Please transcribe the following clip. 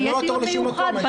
אני לא אעתור בשום מקום.